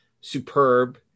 superb